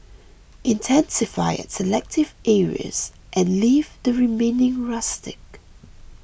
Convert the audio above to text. intensify at selective areas and leave the remaining rustic